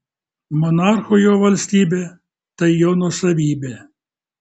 monarchui jo valstybė tai jo nuosavybė